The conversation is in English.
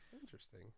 Interesting